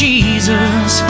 Jesus